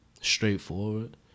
straightforward